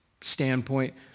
standpoint